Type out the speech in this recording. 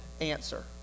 answer